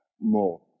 more